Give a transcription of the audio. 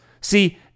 See